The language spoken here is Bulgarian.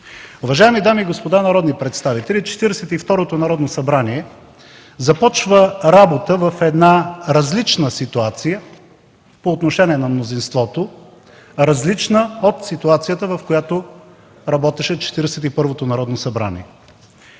Уважаеми дами и господа народни представители, Четиридесет и второто Народно събрание започва работа в една различна ситуация по отношение на мнозинството, различна от ситуацията, в която работеше Четиридесет